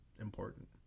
important